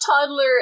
toddler